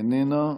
איננה,